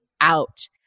out